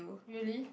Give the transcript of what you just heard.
really